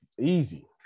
Easy